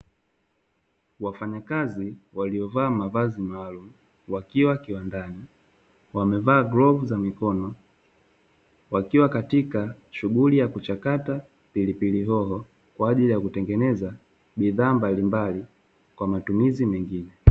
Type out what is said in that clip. Wafanyakazi waliovaa mavazi maalumu wakiwa kiwandani, wamevaa glovu za mikono. Wakiwa katika shughuli ya kuchakata pilipili hoho kwa ajili ya kutengeneza bidhaa mbalimbali kwa matumizi mengine.